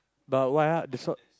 but why ah the sort